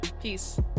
Peace